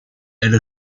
elle